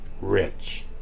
rich